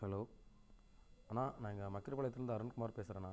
hello அண்ணா நாங்கள் மக்கிரிபாளையத்தில் இருந்து அருண்குமார் பேசுகிறேண்ணா